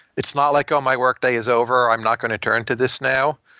it's not like, oh, my workday is over. i'm not going to turn to this now.